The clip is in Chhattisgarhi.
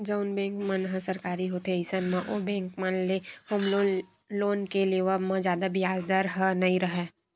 जउन बेंक मन ह सरकारी होथे अइसन म ओ बेंक मन ले होम लोन के लेवब म जादा बियाज दर ह नइ राहय